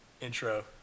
intro